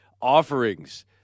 offerings